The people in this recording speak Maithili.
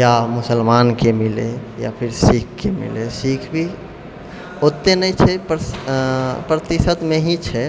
या मुसलमानके मिलै या फिर सिक्खके मिलै सिक्ख भी ओतेक नहि छै प्रतिशतमे ही छै